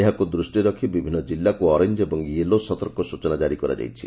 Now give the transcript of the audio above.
ଏହାକୁ ଦୂଷିରେ ରଖି ବିଭିନ୍ନ କିଲ୍ଲାକୁ ଅରେଞ୍ ଏବଂ ୟେଲୋ ସତର୍କ ସ୍ଚନା ଜାରି କରାଯାଇଛି